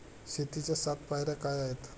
शेतीच्या सात पायऱ्या काय आहेत?